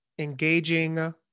engaging